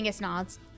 nods